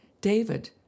David